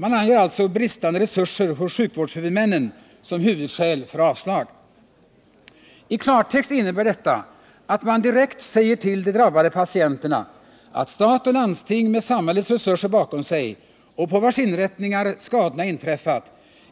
Man anger alltså bristande resurser hos sjukvårdshuvudmännen som huvudskäl för avslag. I klartext innebär detta att man direkt säger till de drabbade patienterna att stat och landsting, med samhällets resurser bakom sig och på vilkas inrättningar skadorna inträffat,